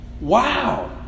wow